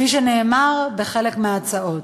כפי שנאמר בחלק מההצעות.